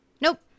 nope